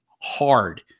hard